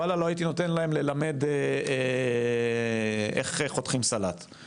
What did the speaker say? ואללה לא הייתי נותן להם ללמד איך חותכים סלט,